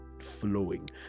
flowing